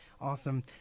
Awesome